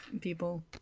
people